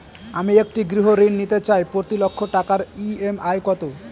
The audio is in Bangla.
আমি একটি গৃহঋণ নিতে চাই প্রতি লক্ষ টাকার ই.এম.আই কত?